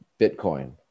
Bitcoin